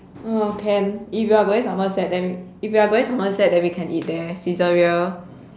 oh can if you're going somerset then if you're going somerset then we can eat there Saizeriya